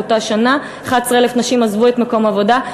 באותה שנה 11,000 נשים עזבו את מקום העבודה.